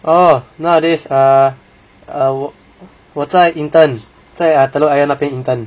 orh nowadays err 我在 intern 在 telok air 那边 intern